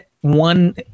one